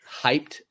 hyped